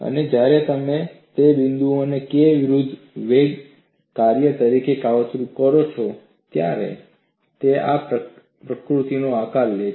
અને જ્યારે તમે તે બિંદુઓને K વિરુદ્ધ વેગના કાર્ય તરીકે કાવતરું કરો છો ત્યારે તે આ પ્રકૃતિનો આકાર લે છે